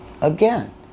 again